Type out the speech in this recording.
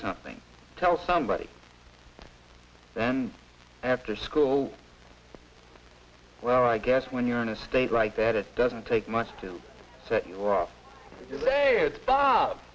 something tell somebody then after school oh well i guess when you're in a state right that it doesn't take much to set you off it